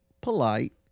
polite